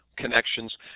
connections